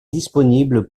disponibles